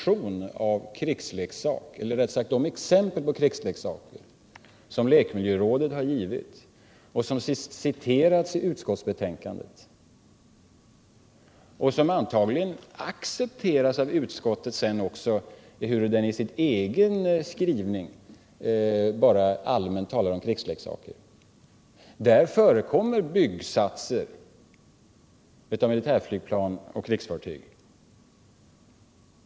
I de exempel på krigsleksaker som lekmiljörådet gett och som citeras i utskottsbetänkandet och antagligen accepteras av utskottet, ehuru det i sin egen skrivning bara allmänt talar om krigsleksaker, förekommer byggsatser av militärflygplan och krigsfartyg.